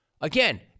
Again